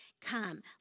Come